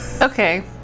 Okay